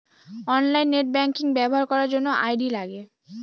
online net banking ব্যবহার করার জন্য আই.ডি লাগে